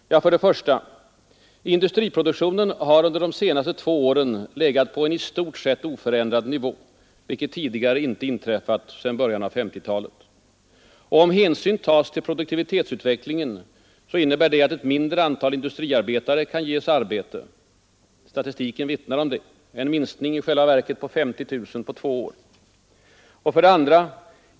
1. Industriproduktionen har under de senaste två åren legat på i stort sett oförändrad nivå, vilket tidigare inte inträffat sedan början av 1950-talet. Om hänsyn tas till produktivitetsutvecklingen, innebär det att ett mindre antal industriarbetare kan ges arbete; statistiken vittnar om det — en minskning i själva verket med 50 000 på två år. 2.